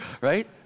right